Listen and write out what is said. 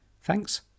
Thanks